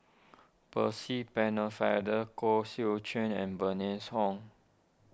Percy Pennefather Koh Seow Chuan and Bernice Ong